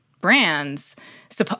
brands